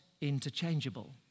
interchangeable